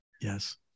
yes